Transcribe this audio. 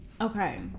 okay